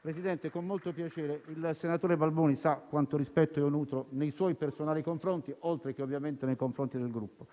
Presidente, lo faccio con molto piacere. Il senatore Balboni sa quanto rispetto nutro nei suoi personali confronti, oltre che, ovviamente, del Gruppo.